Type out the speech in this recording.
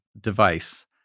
device